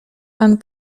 pan